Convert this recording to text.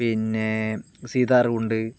പിന്നേ സീതാർകുണ്ട്